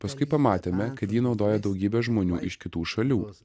paskui pamatėme kad ji naudoja daugybė žmonių iš kitų šalių